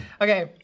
Okay